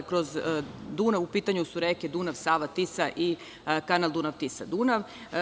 U pitanju su reke Dunav, Sava, Tisa i Kanal Dunav-Tisa-Dunav.